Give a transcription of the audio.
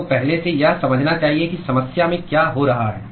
आपको पहले यह समझना चाहिए कि समस्या में क्या हो रहा है